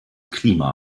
klima